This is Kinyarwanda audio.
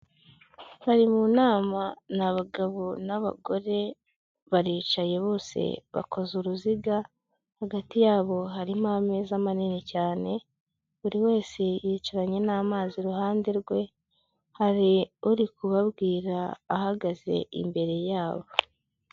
Bari mu nama ni abagabo n'abagore baricaye bose bakoze uruziga hagati yabo harimo ameza manini cyane buri wese yicaranye n'amazi iruhande rwe hari uri kubabwira ahagaze imbere yabo.